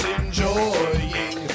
enjoying